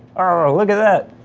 oh, look at that!